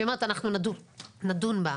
והיא אומרת אנחנו נדון בה.